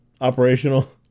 operational